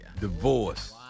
Divorce